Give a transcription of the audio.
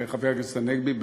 הנגבי.